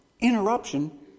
interruption